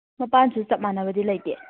ꯃꯄꯥꯟꯁꯨ ꯆꯞ ꯃꯥꯟꯅꯕꯗꯤ ꯂꯩꯇꯦ